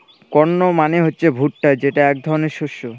corn মানে হচ্ছে ভুট্টা যেটা এক ধরনের শস্য